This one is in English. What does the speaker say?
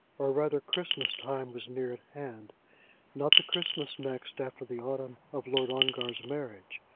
or rather christmas time was near at hand not the christmas next after the autumn of lord ongar's marriage,